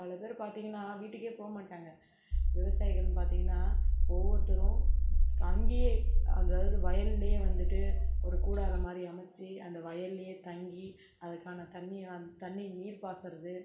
பல பேரை பார்த்தீங்கன்னா வீட்டுக்கே போக மாட்டாங்க விவசாயிகள்னு பார்த்தீங்கன்னா ஒவ்வொருத்தரும் அங்கேயே அந்த அதாவது வயல்லேயே வந்துட்டு ஒரு கூடாரம் மாதிரி அமைச்சி அந்த வயல்லேயே தங்கி அதுக்கான தண்ணியை அன் தண்ணி நீர் பாச்சறது